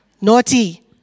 Naughty